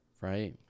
right